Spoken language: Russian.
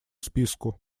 списку